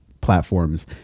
platforms